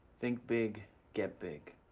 think big, get big.